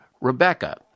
Rebecca